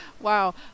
Wow